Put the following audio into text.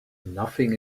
nothing